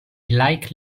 like